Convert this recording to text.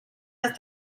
las